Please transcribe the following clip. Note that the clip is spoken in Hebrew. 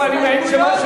וזה מה שהיה.